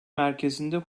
merkezinde